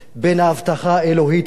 בין ההבטחה האלוהית הזאת: